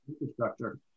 infrastructure